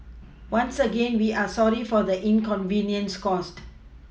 once again we are sorry for the inconvenience caused